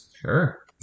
sure